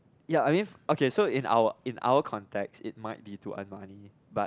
ya i mean okay so in our in our context it might be to a money but